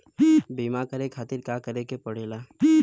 बीमा करे खातिर का करे के पड़ेला?